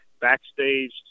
backstage